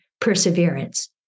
perseverance